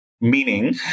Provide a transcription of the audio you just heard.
meaning